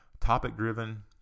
Topic-driven